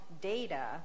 data